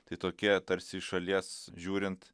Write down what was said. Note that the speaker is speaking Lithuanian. tai tokie tarsi iš šalies žiūrint